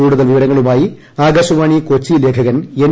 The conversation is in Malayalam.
കൂടുതൽ വിവരങ്ങളുമായി ആകാശവാണി കൊച്ചി ലേഖകൻ എൻ